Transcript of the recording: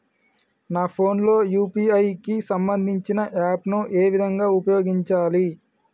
నా ఫోన్ లో యూ.పీ.ఐ కి సంబందించిన యాప్ ను ఏ విధంగా ఉపయోగించాలి?